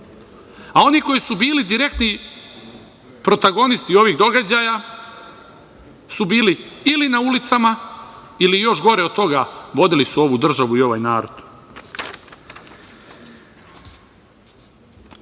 a oni koji su bili direktni protagonisti ovih događaja su bili ili na ulicama ili, još gore od toga, vodili su ovu državu i ovaj